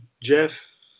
Jeff